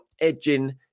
edging